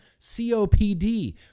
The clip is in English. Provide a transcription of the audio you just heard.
copd